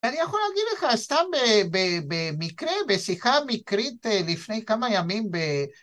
‫אני יכול להגיד לך, סתם במקרה, ‫בשיחה מקרית לפני כמה ימים ב...